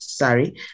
Sorry